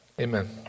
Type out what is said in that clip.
Amen